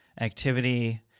activity